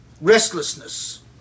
restlessness